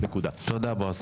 תודה בועז.